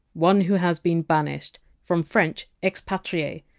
one who has been banished, from french! expatrier,